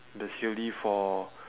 especially for